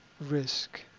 risk